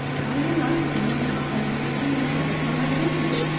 why you not come the more early and make light for my busy?